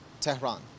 Tehran